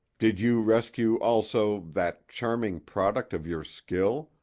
did you rescue, also, that charming product of your skill,